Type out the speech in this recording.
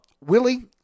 Willie